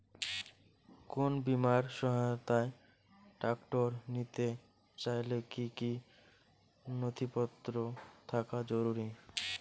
কোন বিমার সহায়তায় ট্রাক্টর নিতে চাইলে কী কী নথিপত্র থাকা জরুরি?